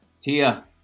Tia